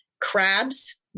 crabs